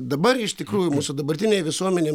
dabar iš tikrųjų mūsų dabartinėj visuomenėm